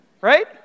Right